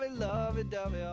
lovey-dovey,